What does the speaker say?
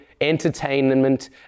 entertainment